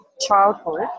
childhood